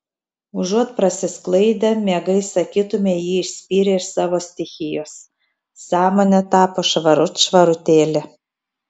užuot prasisklaidę miegai sakytumei jį išspyrė iš savo stichijos sąmonė tapo švarut švarutėlė